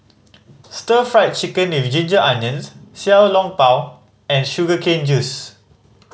Stir Fried Chicken With Ginger Onions Xiao Long Bao and sugar cane juice